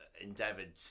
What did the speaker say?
endeavoured